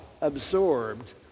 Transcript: absorbed